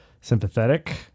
sympathetic